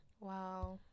Wow